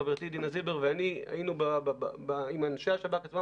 חברתי דינה זילבר ואני עם אנשי השב"כ עצמם